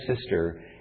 sister